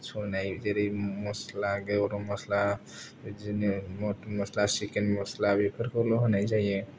संनाय जेरै मसला गरम मसला बिदिनो मतन मसला सिकेन मसला बेफोरखौल' होनाय जायो